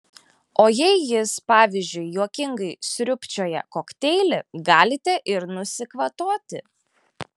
o jei jis pavyzdžiui juokingai sriubčioja kokteilį galite ir nusikvatoti